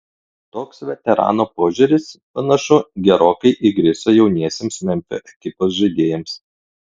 toks veterano požiūris panašu gerokai įgriso jauniesiems memfio ekipos žaidėjams